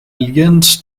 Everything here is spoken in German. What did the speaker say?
lienz